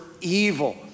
evil